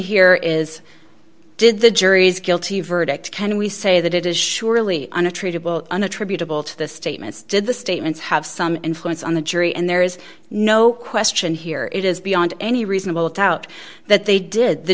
here is did the jury's guilty verdict can we say that it is surely on a treatable unattributable to the statements did the statements have some influence on the jury and there is no question here it is beyond any reasonable doubt that they did the